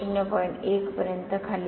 1 पर्यंत खाली येते